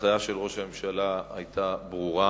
ההנחיה של ראש הממשלה היתה ברורה: